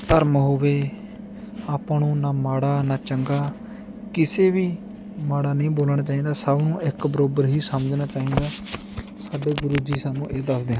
ਧਰਮ ਹੋਵੇ ਆਪਾਂ ਨੂੰ ਨਾ ਮਾੜਾ ਨਾ ਚੰਗਾ ਕਿਸੇ ਵੀ ਮਾੜਾ ਨਹੀਂ ਬੋਲਣਾ ਚਾਹੀਦਾ ਸਭ ਨੂੰ ਇੱਕ ਬਰਾਬਰ ਹੀ ਸਮਝਣਾ ਚਾਹੀਦਾ ਸਾਡੇ ਗੁਰੂ ਜੀ ਸਾਨੂੰ ਇਹ ਦੱਸਦੇ ਹਨ